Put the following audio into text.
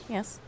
Yes